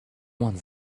one